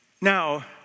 Now